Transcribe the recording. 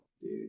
dude